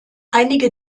einige